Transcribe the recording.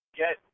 get